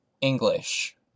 English